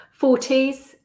40s